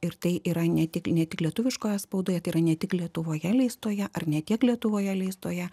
ir tai yra ne tik ne tik lietuviškoje spaudoje tai yra ne tik lietuvoje leistoje ar ne tiek lietuvoje leistoje